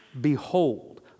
behold